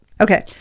okay